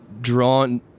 drawn